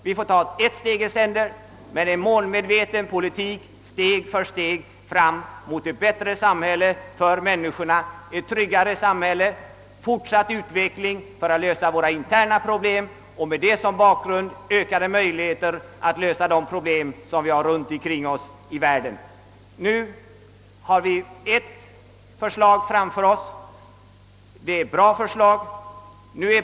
Vi får ta ett steg i sänder, men det skall vara en målmedveten politik fram mot ett bättre och tryggare samhälle för människorna, en fortsatt utveckling för att lösa våra interna problem och därmed ökade möjligheter att lösa de problem som finns runtom i världen. Nu har vi ett förslag framför oss. Det är ett bra förslag.